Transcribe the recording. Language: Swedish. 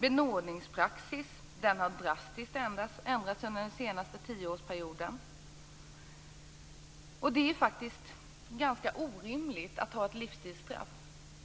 Benådningspraxis har drastiskt ändrats under den senaste tioårsperioden. Det är ganska orimligt att ha ett livstidsstraff